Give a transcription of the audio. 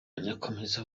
akomeza